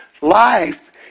life